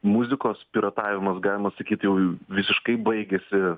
muzikos piratavimas galima sakyt jau visiškai baigėsi